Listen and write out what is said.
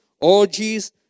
orgies